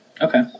okay